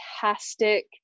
fantastic